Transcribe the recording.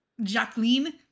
Jacqueline